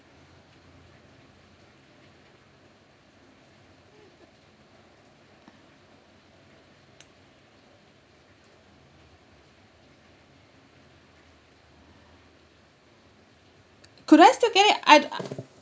could I still get it I'd I